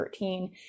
13